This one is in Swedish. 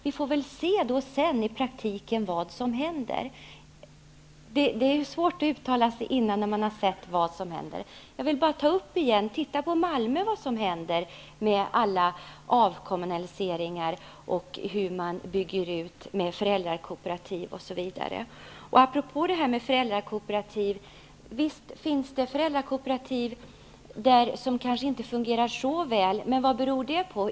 Då får man i praktiken se vad som händer. Det är svårt att uttala sig innan man har sett vad som händer. Man kan t.ex. se vad som har hänt i Malmö där det har skett en mängd avkommunaliseringar, och där man bygger föräldrakooperativ osv. Visst finns det föräldrakooperativ som kanske inte fungerar så väl. Men vad beror det på?